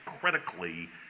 critically